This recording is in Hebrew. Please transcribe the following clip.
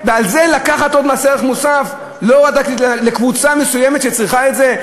ועל זה עוד לקחת מס ערך מוסף לקבוצה מסוימת שצריכה את זה?